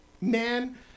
Man